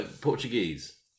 portuguese